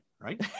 right